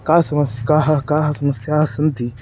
का समस्या काः काः समस्याः सन्ति